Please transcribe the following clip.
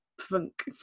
funk